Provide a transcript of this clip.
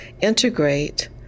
integrate